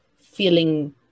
feeling